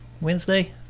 Wednesday